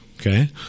okay